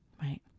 Right